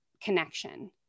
connection